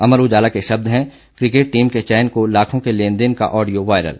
अमर उजाला के शब्द हैं किकेट टीम के चयन को लाखों के लेन देन का ऑडियो वायरल